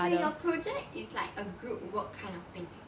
wait your project is like a group work kind of thing